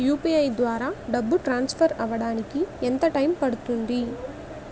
UPI ద్వారా డబ్బు transfer అవ్వడానికి ఎంత టైం పడుతుంది?